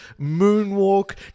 moonwalk